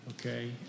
Okay